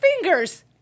fingers